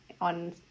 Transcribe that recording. on